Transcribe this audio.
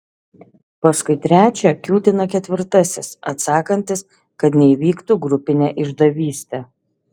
paskui trečią kiūtina ketvirtasis atsakantis kad neįvyktų grupinė išdavystė